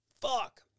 fuck